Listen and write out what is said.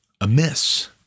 amiss